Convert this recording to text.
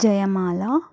Jayamala